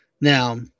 now